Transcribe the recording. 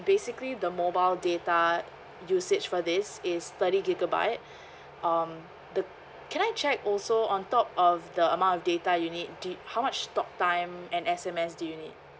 basically the mobile data usage for this is thirty gigabyte um the can I check also on top of the amount of data you need do y~ how much talk time and S_M_S do you need